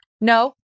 No